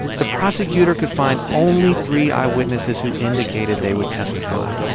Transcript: the prosecutor could find only three eyewitnesses who indicated they would testify.